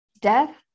Death